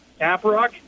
Caprock